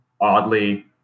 oddly